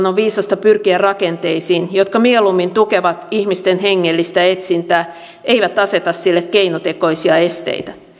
on viisasta pyrkiä rakenteisiin jotka mieluummin tukevat ihmisten hengellistä etsintää eivätkä aseta sille keinotekoisia esteitä